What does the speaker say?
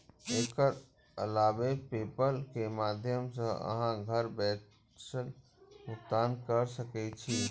एकर अलावे पेपल के माध्यम सं अहां घर बैसल भुगतान कैर सकै छी